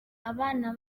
abana